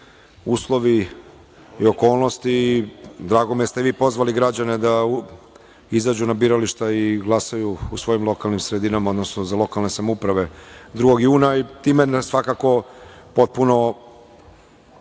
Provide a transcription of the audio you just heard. uslovi i okolnosti i drago mi je da ste vi pozvali građane da izađu na birališta i glasaju u svojim lokalnim sredinama, odnosno za lokalne samouprave 2. juna i time svakako potpuno